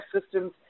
systems